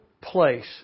place